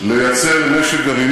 מאמצי איראן,